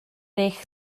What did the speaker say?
eich